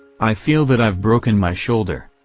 i feel that i've broken my shoulder.